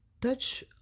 touch